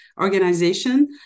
organization